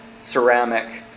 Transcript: ceramic